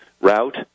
route